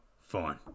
fine